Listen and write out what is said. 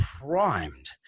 primed